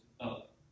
up